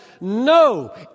No